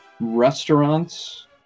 Restaurants